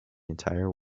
entire